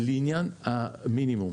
לעניין המינימום.